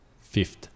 fifth